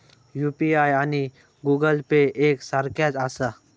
UPI आणि Google Pay एक सारख्याच आसा?